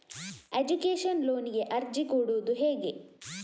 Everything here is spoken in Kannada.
ಎಜುಕೇಶನ್ ಲೋನಿಗೆ ಅರ್ಜಿ ಕೊಡೂದು ಹೇಗೆ?